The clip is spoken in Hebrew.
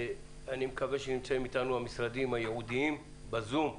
אני מקווה שנמצאים איתנו המשרדים הייעודיים ב"זום",